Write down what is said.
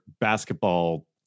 basketball